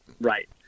right